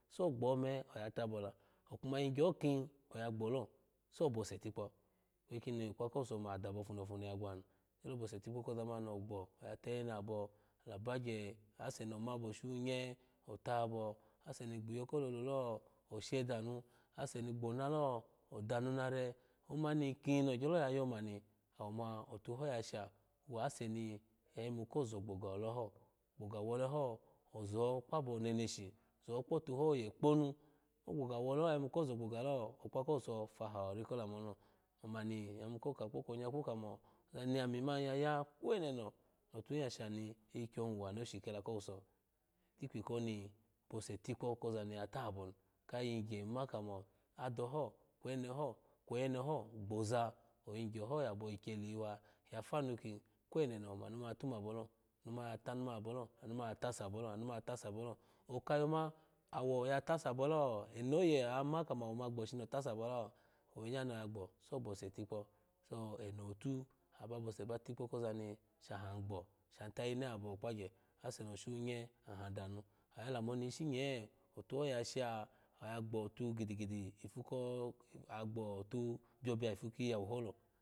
So gbome oyatubo la okomo yigyaho ki ayu gbo sobose tikpo kini okpa kowuso mo adabo opunu ofunu ya gwa ni ogya bose tikpo koza mani ni gbo aya toena abo toyene abo alubagye amase ni oshuhinye otabo amase ni gbiyo ko lol lo oshe danu ose ni gbona lo odanu na re omani ki nogyolo ya yomani atuho yasha wuse ni oya yimu kozo gboga aleho ogboga weleho ozo kpaba neneshi aza kpotuhoye kponu owa gboga wole ho oya yimu koza gboga ho okpa kowuso faha ori ola oko ola munilo ma mani iya yimu koka kpolo nyaku kamo za mi ami mari yaya kwemo no mi otuhi ya shani kyikyo mi wa noshi kda kowuso tikpi koni bose tikpo koza ni ya tubo ni kyigye ma kamo adacho eneho kwaoyene ho ghoza oyigye yubo kye liyiwa yaunu ki kweono omo mu mani ya tumbo lo anumami ya tunumu mi abo anuma mani ya tuse abo l anu mani ya tuse abolo anu mani ya tuse abolo oka yoma awo yatuse ba lo enoye ama kamowo gbo. shini otusebolo owe nya ni oya gbo sobose tikpo so eno otu aba bose ba tikpoza mi aha gbo shanayene abokpagye ase ni oshunye ahu danu yolu moni ishinye atuho ya ha agbotu gidigi ipu ko-o atu biyoyiya ipu ki yawo holo